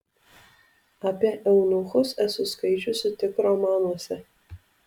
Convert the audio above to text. apie eunuchus esu skaičiusi tik romanuose